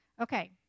Okay